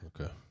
Okay